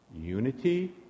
unity